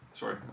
Sorry